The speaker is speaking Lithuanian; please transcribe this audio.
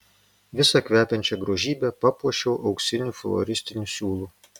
visą kvepiančią grožybę papuošiau auksiniu floristiniu siūlu